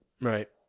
Right